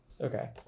okay